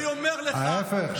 ההפך?